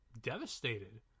devastated